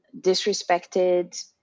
disrespected